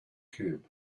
camp